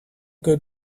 good